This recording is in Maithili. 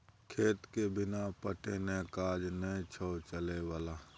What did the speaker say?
खेतके बिना पटेने काज नै छौ चलय बला